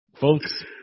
Folks